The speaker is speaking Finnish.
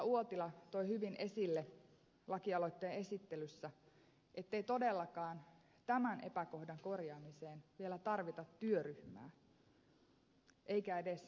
uotila toi hyvin esille lakialoitteen esittelyssä ettei todellakaan tämän epäkohdan korjaamiseen vielä tarvita työryhmää eikä edes lisäresursseja